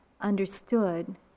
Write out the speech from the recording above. understood